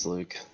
Luke